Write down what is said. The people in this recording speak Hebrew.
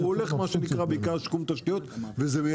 כי הוא הולך למה שנקרא בעיקר לתחום התשתיות,